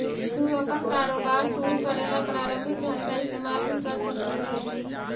तू अपन कारोबार शुरू करे ला प्रारंभिक धन का इस्तेमाल भी कर सकलू हे